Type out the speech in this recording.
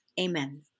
Amen